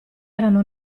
erano